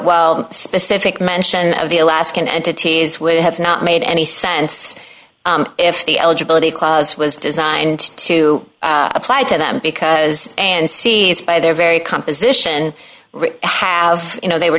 the specific mention of the alaskan entities would have not made any sense if the eligibility clause was designed to apply to them because and sees by their very composition we have you know they were